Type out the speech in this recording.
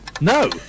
No